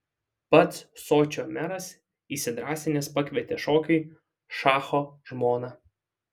pats sočio meras įsidrąsinęs pakvietė šokiui šacho žmoną